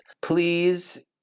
please